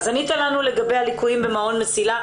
ענית לנו לגבי הליקויים במעון "מסילה"